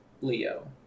Leo